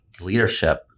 leadership